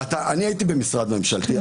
אני הייתי במשרד ממשלתי.